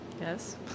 yes